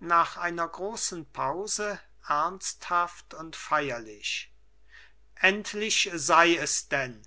nach einer großen pause ernsthaft und feierlich endlich sei es denn